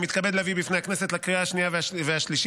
אני מתכבד להביא בפני הכנסת לקריאה השנייה והשלישית